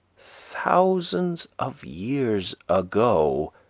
thousands of years ago,